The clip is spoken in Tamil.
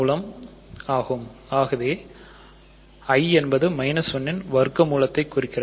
i என்பது 1 ன் வர்க்க மூலத்தை குறிக்கிறது